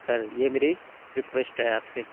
سر یہ میری ریکویسٹ ہے آپ سے